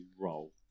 role